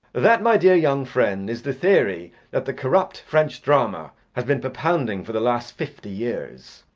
that, my dear young friend, is the theory that the corrupt french drama has been propounding for the last fifty years.